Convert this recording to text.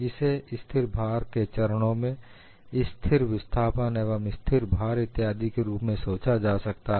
इसे स्थिर भार के चरणों में स्थिर विस्थापन एवं स्थिर भार इत्यादि के रूप में सोचा जा सकता है